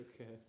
Okay